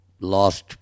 lost